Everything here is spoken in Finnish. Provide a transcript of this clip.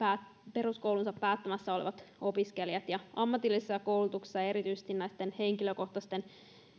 peruskoulunsa päättämässä olevat opiskelijat ammatillisessa koulutuksessa erityisesti näitten henkilökohtaisten